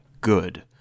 good